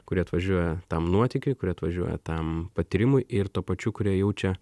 kurie atvažiuoja tam nuotykiui kurie atvažiuoja tam patyrimui ir tuo pačiu kurie jaučia